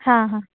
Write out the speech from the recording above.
हा हा